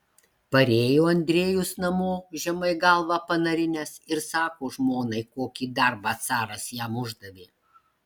parėjo andrejus namo žemai galvą panarinęs ir sako žmonai kokį darbą caras jam uždavė